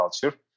culture